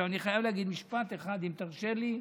אבל אני חייב להגיד משפט אחד, אם תרשה לי,